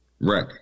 Right